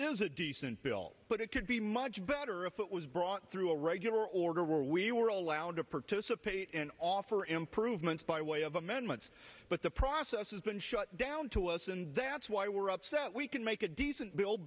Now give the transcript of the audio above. is a decent bill but it could be much better if it was brought through a regular order where we were allowed to participate for improvements by way of amendments but the process has been shut down to us and that's why we're upset we can make a decent bil